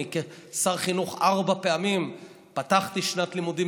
אני כשר חינוך ארבע פעמים פתחתי שנת לימודים,